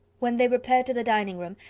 when they repaired to the dining-room,